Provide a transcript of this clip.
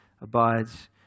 abides